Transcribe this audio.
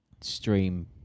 stream